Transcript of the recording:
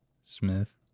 Smith